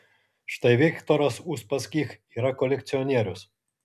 štai viktoras uspaskich yra kolekcionierius